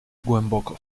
głęboko